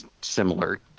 similar